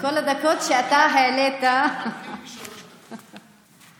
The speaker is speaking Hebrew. התשפ"א ,2021 אושרה בקריאה ראשונה